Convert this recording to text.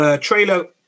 Trailer